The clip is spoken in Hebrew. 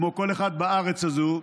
כמו כל אחד בארץ הזאת,